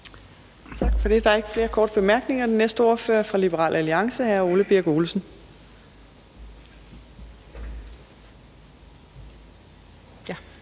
Tak for det. Der er ikke flere korte bemærkninger. Den næste ordfører er fra Liberal Alliance, hr. Ole Birk Olesen.